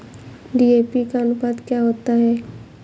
DAP का अनुपात क्या होता है?